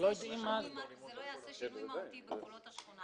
כתוב שזה לא יעשה שינוי מהותי בגבולות השכונה.